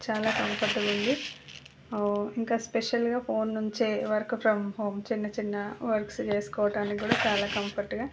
చాలా కంపోర్ట్గా ఉంది ఇంక స్పెషల్గా ఫోన్ నుంచే వర్కు ఫ్రమ్ హోమ్ చిన్నచిన్న వర్క్సు చేసుకోవటాని కూడా చాల కంఫర్టుగా